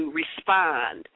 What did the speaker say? respond